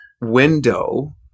window